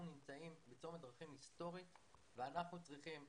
אנחנו נמצאים בצומת דרכים היסטורית ואנחנו צריכים,